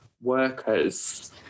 workers